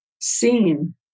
Seen